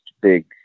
big